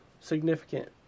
significant